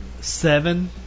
seven